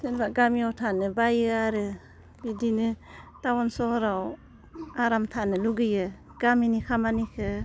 जेनेबा गामियाव थानो बायो आरो बिदिनो टाउन सहराव आराम थानो लुगैयो गामिनि खामानिखौ